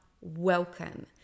welcome